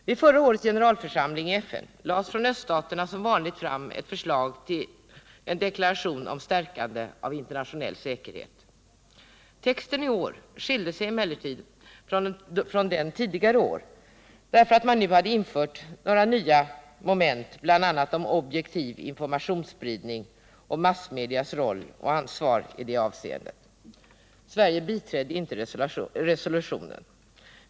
Vid förra årets generalförsamling i FN lades från öststaterna som vanligt fram ett förslag till en deklaration om stärkande av internationell säkerhet. Texten i år skilde sig emellertid från den tidigare år genom att man nu infört några nya moment, bl.a. om ”objektiv informationsspridning” och ”massmedias roll och ansvar” i detta avseende. Sverige biträdde inte resolutionen.